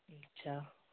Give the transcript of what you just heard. अच्छा